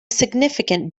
significant